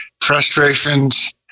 frustrations